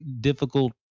difficult